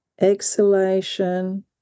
exhalation